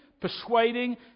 persuading